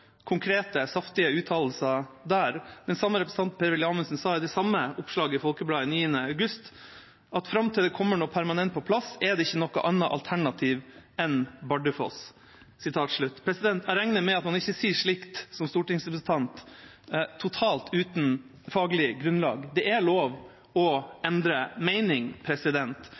konkrete, saftige uttalelser her. Den samme representanten, Per-Willy Amundsen, sa i det samme oppslaget i Folkebladet 8. august at «frem til det kommer noe permanent på plass er det ikke noe annet alternativ enn Bardufoss». Jeg regner med at man ikke sier slikt som stortingsrepresentant totalt uten faglig grunnlag. Det er lov å endre